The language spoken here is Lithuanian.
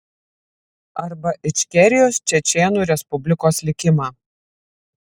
arba ičkerijos čečėnų respublikos likimą